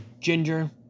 ginger